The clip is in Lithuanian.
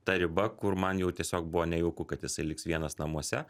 ta riba kur man jau tiesiog buvo nejauku kad jisai liks vienas namuose